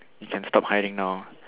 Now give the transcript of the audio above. you can stop hiding now